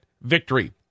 victory